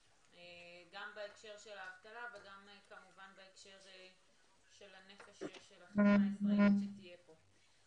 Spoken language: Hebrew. גם בהקשר של האבטלה וגם בהקשר של הנפש של החברה הישראלית שתהיה פה.